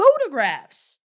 photographs